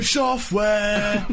software